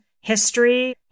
history